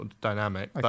dynamic